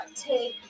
take